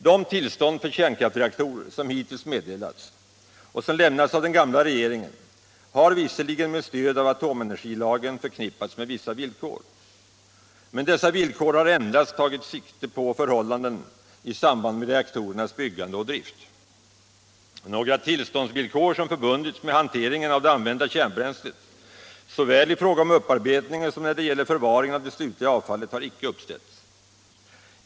De tillstånd för kärnkraftsreaktorer som hittills meddelats och som lämnats av den gamla regeringen har visserligen med stöd av atomenergilagen förknippats med vissa villkor. Men dessa villkor har endast tagit sikte på förhållanden i samband med reaktorernas byggande och drift. Några tillståndsvillkor som förbundits med hanteringen av det använda kärnbränslet såväl i fråga om upparbetningen som när det gäller förvaringen av det slutliga avfallet har icke uppställts.